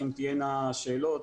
אם תהיינה שאלות,